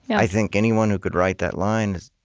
i think anyone who could write that line